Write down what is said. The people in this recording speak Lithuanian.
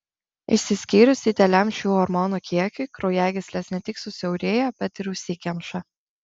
išsiskyrus dideliam šių hormonų kiekiui kraujagyslės ne tik susiaurėja bet ir užsikemša